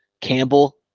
Campbell